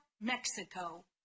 Mexico